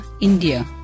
India